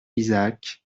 isaac